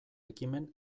ekimen